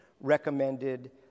recommended